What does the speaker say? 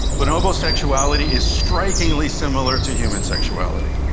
bonobo sexuality is strikingly similar to human sexuality.